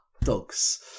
Dogs